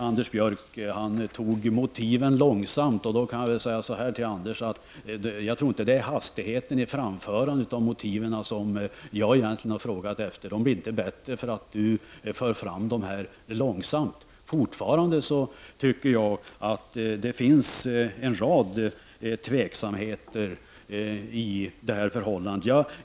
Anders Björck tog motiven långsamt. Jag kan säga så här till Anders Björck, att det inte är hastigheten i framförandet av motiven som jag har frågat efter. De blir inte bättre för att Anders Björck för fram dem långsamt. Fortfarande tycker jag att det finns en rad tveksamheter i detta förhållande.